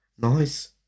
nice